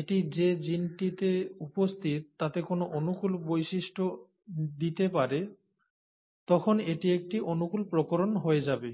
এটি যে জিনটিতে উপস্থিত তাতে কোনও অনুকূল বৈশিষ্ট্য দিতে পারে তখন এটি একটি অনুকূল প্রকরণ হয়ে যাবে